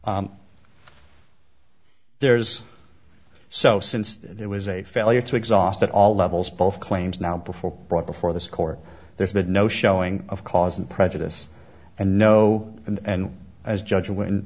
courts there's so since there was a failure to exhaust all levels both claims now before brought before this court there's been no showing of cause and prejudice and no and as judge when